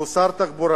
שהוא שר תחבורה,